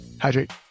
hydrate